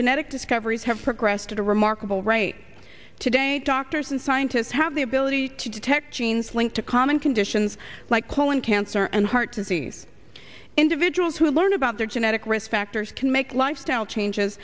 genetic discoveries have progressed at a remarkable rate today doctors and scientists have the ability to detect genes linked to common conditions like colon cancer and heart disease individuals who learn about their genetic risk factors can make lifestyle changes